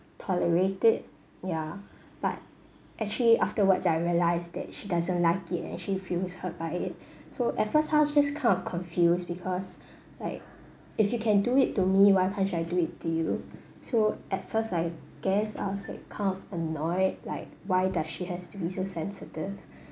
tolerate it ya but actually afterwards I realised that she doesn't like it and she feels hurt by it so at first I just kind of confused because like if you can do it to me why can't should I do it to you so at first I guess I would say kind of annoyed like why does she has to be so sensitive